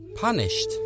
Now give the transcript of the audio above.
Punished